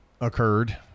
occurred